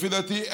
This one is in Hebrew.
לפי דעתי,